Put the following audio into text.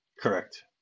Correct